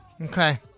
okay